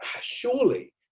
surely